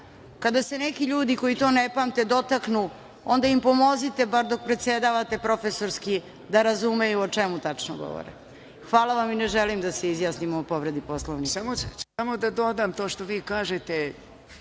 kada se neki ljudi koji to ne pamte to dotaknu, onda im pomozite bar dok predsedavate, profesorski, da razumeju o čemu tačno govore. Hvala vam i ne želim da se izjasnimo o povredi Poslovnika.